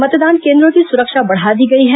मतदान केन्द्रों की सुरक्षा बढ़ा दी गई है